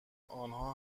آنها